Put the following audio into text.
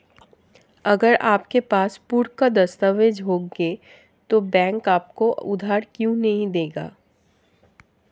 अगर आपके पास पुख्ता दस्तावेज़ होंगे तो बैंक आपको उधार क्यों नहीं देगा?